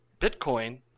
Bitcoin